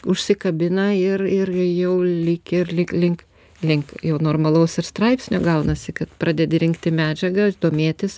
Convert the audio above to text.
užsikabina ir ir jau lyg ir lyg link link jau normalaus ir straipsnio gaunasi kad pradedi rinkti medžiagą ir domėtis